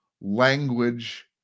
language